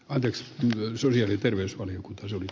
anteeks nousun eli terveysvaliokunta sopi